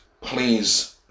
please